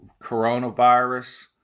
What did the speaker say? coronavirus